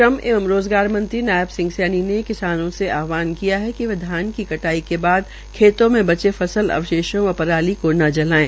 श्रम एवं रोज़गार मंत्री नायब सिंह सैनी ने किसानों से आहवान किया है कि वे धान की कटाई के बाद खेतों में बचे फसल अवशेषों व पराली का न जलाये